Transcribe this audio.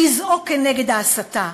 לזעוק כנגד ההסתה,